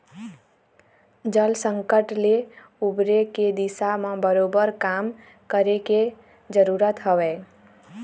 जल संकट ले उबरे के दिशा म बरोबर काम करे के जरुरत हवय